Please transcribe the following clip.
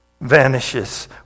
vanishes